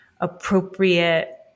appropriate